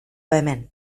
hemen